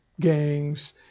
gangs